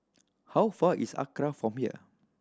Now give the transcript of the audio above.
how far is ACRA from here